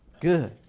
Good